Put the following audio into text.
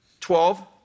twelve